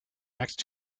next